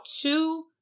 two